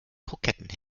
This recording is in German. kroketten